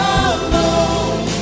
alone